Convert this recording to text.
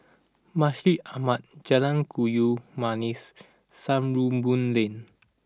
Masjid Ahmad Jalan Kayu Manis Sarimbun Lane